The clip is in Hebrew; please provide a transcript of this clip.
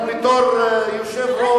אבל בתור יושב-ראש,